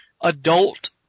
adult